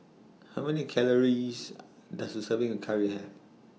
How Many Calories Does A Serving Curry Have